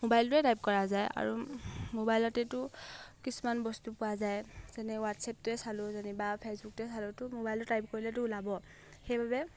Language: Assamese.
মোবাইলটোৱে টাইপ কৰা যায় আৰু মোবাইলতেতো কিছুমান বস্তু পোৱা যায় যেনে হোৱাটছএপটোৱে চালোঁ যেনিবা ফেচবুকটোৱে চালোঁ তো মোবাইলটো টাইপ কৰিলেতো ওলাব সেইবাবে